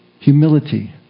Humility